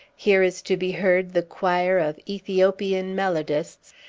here is to be heard the choir of ethiopian melodists,